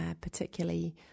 particularly